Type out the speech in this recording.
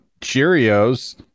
Cheerios